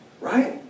right